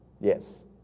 Yes